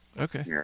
Okay